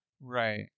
Right